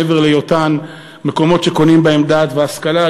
מעבר להיותן מקומות שקונים בהם דעת והשכלה,